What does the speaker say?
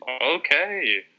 Okay